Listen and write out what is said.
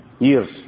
Years